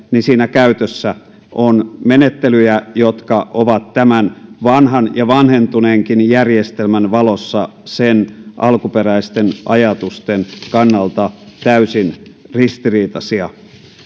siinä käytössä on menettelyjä jotka ovat tämän vanhan ja vanhentuneenkin järjestelmän valossa sen alkuperäisten ajatusten kannalta täysin ristiriitaisia